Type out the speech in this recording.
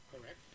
Correct